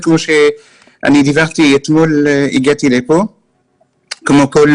אנחנו דיברנו על מתווה לתיירים - אין.